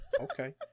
Okay